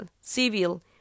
civil